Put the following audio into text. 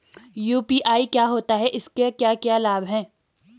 UPI क्या होता है इसके क्या क्या लाभ हैं?